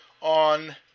on